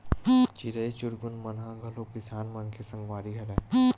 चिरई चिरगुन मन ह घलो किसान मन के संगवारी हरय